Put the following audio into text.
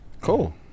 Cool